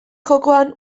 jokoen